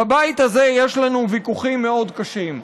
בבית הזה יש לנו ויכוחים מאוד קשים,